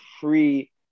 free